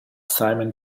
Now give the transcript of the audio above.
simon